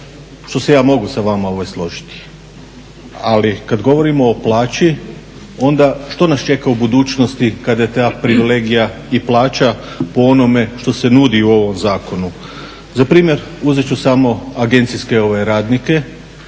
što se ja mogu sa vama složiti, ali kad govorimo o plaći, onda što nas čeka u budućnosti kada je ta privilegija, i plaća po onome što se nudi u ovom zakonu. Za primjer uzet ću samo agencijske radnike